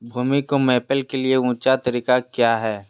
भूमि को मैपल के लिए ऊंचे तरीका काया है?